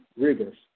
rigors